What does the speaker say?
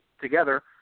together